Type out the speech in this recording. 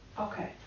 okay